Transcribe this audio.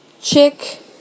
Chick